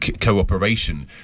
cooperation